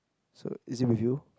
so is it with you